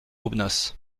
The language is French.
aubenas